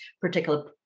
particular